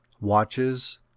watches